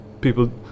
people